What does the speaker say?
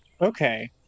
Okay